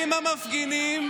אני מודה לך שאת מגינה עליהם.